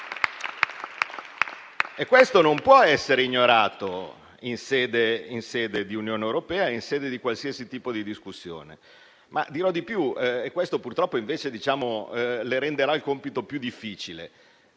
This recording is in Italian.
Questo non può essere ignorato in sede di Unione europea, in qualsiasi tipo di discussione. Ma dirò di più, e questo purtroppo invece le renderà il compito più difficile: